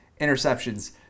interceptions